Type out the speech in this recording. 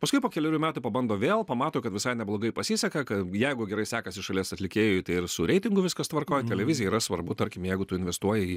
paskui po kelerių metų pabando vėl pamato kad visai neblogai pasiseka jeigu gerai sekasi šalies atlikėjui tai ir su reitingu viskas tvarkoj televizijai yra svarbu tarkim jeigu tu investuoji į